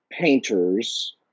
painters